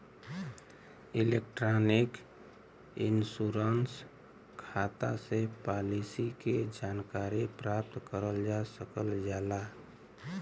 electronic insurance खाता से policy के जानकारी प्राप्त करल जा सकल जाला